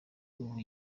ubu